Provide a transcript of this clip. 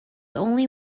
only